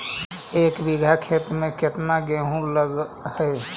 एक बिघा खेत में केतना गेहूं लग है?